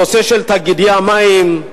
הנושא של תאגידי המים,